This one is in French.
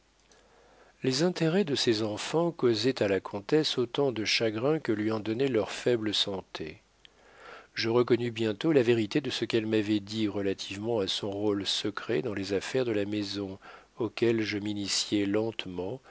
les intérêts de ses enfants causaient à la comtesse autant de chagrins que lui en donnait leur faible santé je reconnus bientôt la vérité de ce qu'elle m'avait dit relativement à son rôle secret dans les affaires de la maison auxquelles je m'initiai lentement